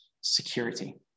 security